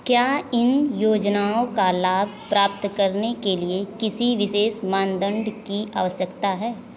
क्या इन योजनाओं का लाभ प्राप्त करने के लिए किसी विशेष मानदंड की आवश्यकता है